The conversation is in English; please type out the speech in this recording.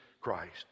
Christ